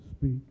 speak